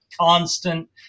constant